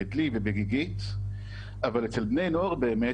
בדלי ובגיגית אבל אצל בני נוער באמת,